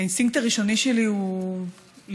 האינסטינקט הראשוני שלי הוא להתרחק.